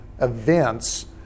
events